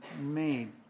made